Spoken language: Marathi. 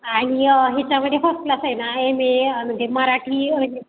आणि ह्याच्यामध्ये फस क्लास आहे ना एम ए म्हणजे मराठी